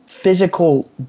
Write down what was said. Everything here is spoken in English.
physical